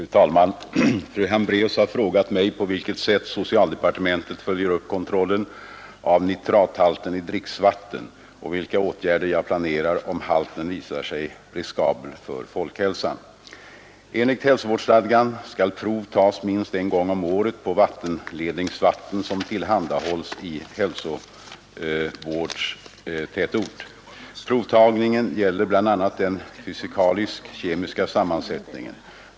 Fru talman! Fru Hambraeus har frågat mig på vilket sätt socialdepartementet följer upp kontrollen av nitrathalten i dricksvatten och vilka åtgärder jag planerar om halten visar sig riskabel för folkhälsan. Enligt häslovårdsstadgan skall prov tas minst en gång om året på vattenledningsvatten som tillhandahålls i hälsovårdstätort. Provtagningen gäller bl.a. den fysikalisk-kemiska sammansättningen.